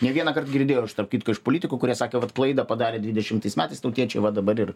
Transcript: ne vienąkart girdėjau iš tarp kitko iš politikų kurie sakė vat klaidą padarė dvidešimtais metais tautiečiai va dabar ir